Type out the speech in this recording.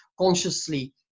consciously